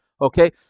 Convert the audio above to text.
Okay